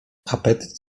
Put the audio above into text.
apetyt